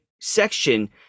section